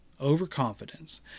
overconfidence